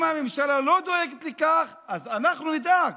אם הממשלה לא דואגת לכך, אז אנחנו נדאג